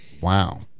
Wow